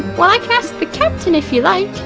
well i can ask the captain, if you like!